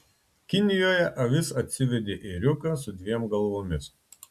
kinijoje avis atsivedė ėriuką su dviem galvomis